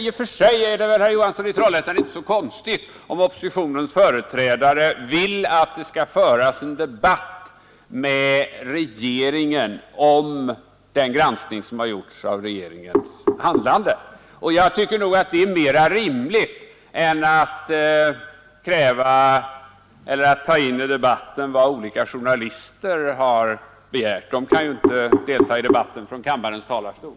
I och för sig är det väl inte så konstigt, herr Johansson i Trollhättan, om oppositionens företrädare vill att det skall föras en debatt med regeringen om den granskning som gjorts av regeringens handlande. Jag tycker nog att det är mera rimligt än att i debatten ta in vad olika journalister har begärt, eftersom de inte kan delta i debatten från kammarens talarstol.